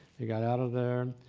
they got out of there,